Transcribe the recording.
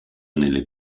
nelle